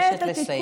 אני מבקשת לסיים.